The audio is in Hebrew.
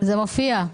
זה מופיע.